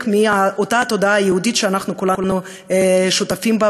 מאותה תודעה יהודית שכולנו שותפים לה,